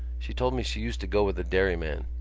she told me she used to go with a dairyman.